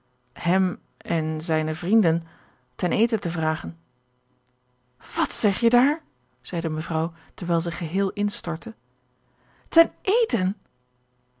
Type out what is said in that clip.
hem en zijne vrienden ten eten te vragen wat zeg je daar zeide mevrouw terwijl zij geheel instortte ten eten